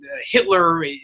Hitler